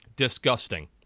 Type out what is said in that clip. disgusting